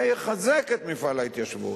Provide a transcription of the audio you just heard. זה יחזק את מפעל ההתיישבות.